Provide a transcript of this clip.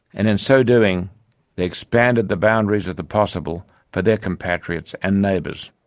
and in so doing they expanded the boundaries of the possible for their compatriots and neighbours.